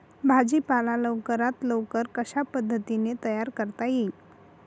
भाजी पाला लवकरात लवकर कशा पद्धतीने तयार करता येईल?